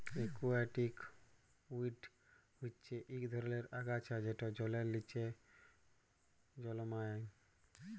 aquatic weed হচ্যে ইক ধরলের আগাছা যেট জলের লিচে জলমাই